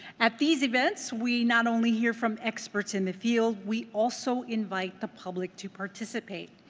at these events, we not only hear from experts in the field, we also invite the public to participate.